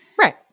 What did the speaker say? right